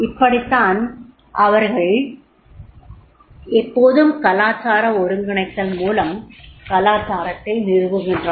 இப்படித்தான் அவர்கள் எப்போதும் கலாச்சார ஒருங்கிணைத்தல் மூலம் கலாச்சாரத்தை நிறுவுகின்றன